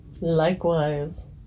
Likewise